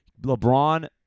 LeBron